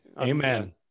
Amen